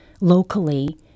locally